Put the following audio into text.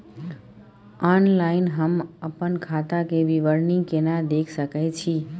Online हम अपन खाता के विवरणी केना देख सकै छी?